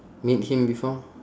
meet him before